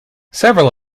several